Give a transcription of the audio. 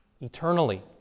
Eternally